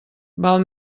val